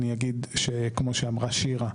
אני אגיד שכמו שאמרה שירה,